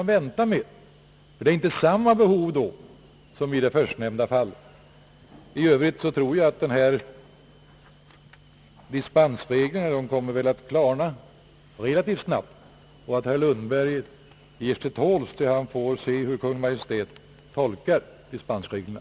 Det föreligger nämligen inte samma behov för det som i det förstnämnda fallet. I övrigt tror jag att denna dispensregel kommer att klarna relativt snart, och att herr Lundberg skall ge sig till tåls tills han får se hur Kungl. Maj:t tolkar dispensreglerna.